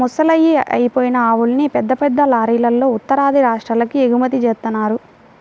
ముసలయ్యి అయిపోయిన ఆవుల్ని పెద్ద పెద్ద లారీలల్లో ఉత్తరాది రాష్ట్రాలకు ఎగుమతి జేత్తన్నారు